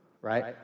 right